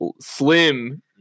slim